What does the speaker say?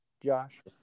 Josh